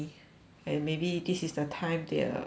and maybe this is the time the earth